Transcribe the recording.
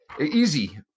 Easy